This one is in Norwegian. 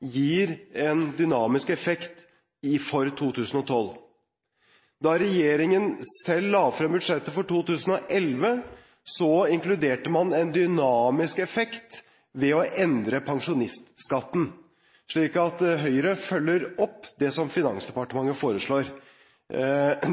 gir en dynamisk effekt for 2012. Da regjeringen selv la fram budsjettet for 2011, inkluderte man en dynamisk effekt ved å endre pensjonistskatten. – Så Høyre følger opp det som Finansdepartementet foreslår.